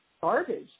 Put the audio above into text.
Garbage